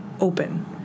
open